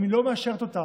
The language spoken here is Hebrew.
אם היא לא מאשרת אותן,